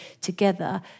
together